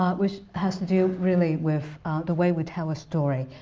um which has to do really with the way we tell a story,